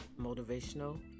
Motivational